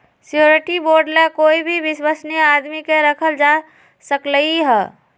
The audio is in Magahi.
श्योरटी बोंड ला कोई भी विश्वस्नीय आदमी के रखल जा सकलई ह